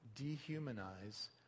dehumanize